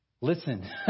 Listen